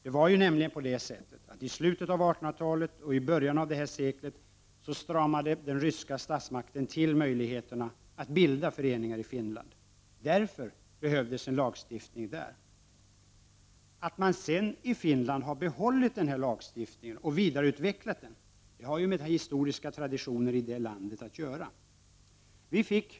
Det var ju nämligen på det sättet att i slutet på 1800-talet och i början av det här seklet stramade den ryska statsmakten till möjligheterna att bilda föreningar i Finland. Därför behövdes en lagstiftning där. Att man sedan i Finland har behållit denna lagstiftning och vidareutvecklat den har med den historiska traditionen i det landet att göra.